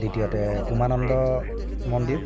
দ্বিতীয়তে উমানন্দ মন্দিৰ